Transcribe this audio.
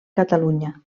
catalunya